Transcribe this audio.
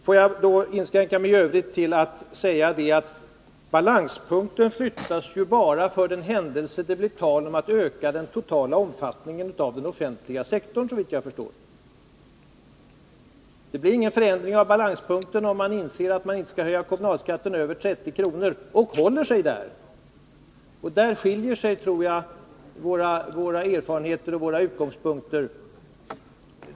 Får jag i övrigt inskränka mig till att säga att balanspunkten flyttas ju bara för den händelse det blir tal om att öka den totala omfattningen av den offentliga sektorn, såvitt jag förstår. Det blir ingen förändring av balans Nr 30 punkten, om man inser att man inte skall höja kommunalskatten över 30 kr. och håller sig där. I detta fall skiljer sig, tror jag, våra erfarenheter och utgångspunkter.